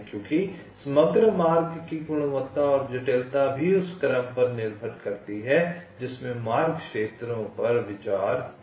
क्योंकि समग्र मार्ग की गुणवत्ता और जटिलता भी उस क्रम पर निर्भर करती है जिसमें मार्ग क्षेत्रों पर विचार किया जाता है